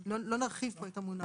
ולא נרחיב פה את המונח.